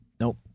Nope